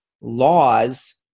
laws